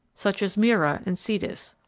such as mira' in cetus.